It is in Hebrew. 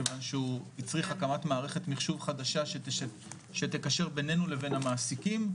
מכיוון שהוא הצריך הקמת מערכת מיחשוב חדשה שתקשר בינינו לבין המעסיקים,